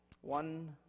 One